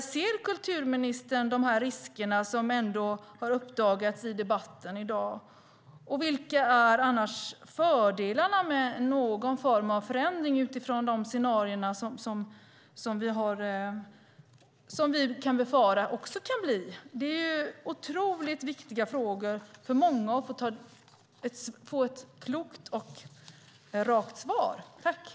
Ser kulturministern de risker som har uppdagats i debatten i dag? Vilka är annars fördelarna med någon form av förändring utifrån de scenarier som vi kan befara också kan uppstå? Det är otroligt viktiga frågor för många att få ett klokt och rakt svar på.